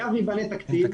היה וייבנה תקציב,